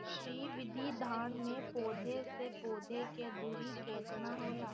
श्री विधि धान में पौधे से पौधे के दुरी केतना होला?